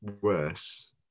worse